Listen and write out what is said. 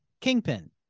Kingpin